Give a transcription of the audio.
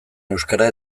euskara